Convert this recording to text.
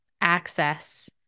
access